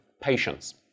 patience